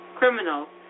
criminals